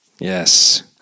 Yes